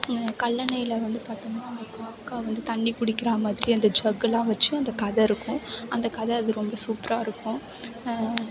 கல்லணையில் வந்து பார்த்திங்ன்னா காகா வந்து தண்ணி குடிக்கிற மாதிரி அந்த ஜக்கெலாம் வச்சு அந்த கதை இருக்கும் அந்த கதை அது ரொம்ப சூப்பராக இருக்கும்